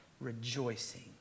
rejoicing